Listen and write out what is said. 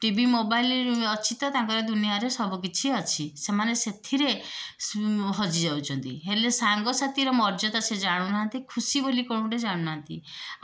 TV mobile ଅଛି ତ ତାଙ୍କର ଦୁନିଆରେ ସବୁକିଛି ଅଛି ସେମାନେ ସେଥିରେ ହଜି ଯାଉଛନ୍ତି ହେଲେ ସାଙ୍ଗ ସାଥୀର ମର୍ଯ୍ୟାଦା ସେ ଜାଣୁ ନାହାଁନ୍ତି ଖୁସି ବୋଲି କ'ଣ ଗୋଟେ ଜାଣୁ ନାହାଁନ୍ତି